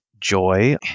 joy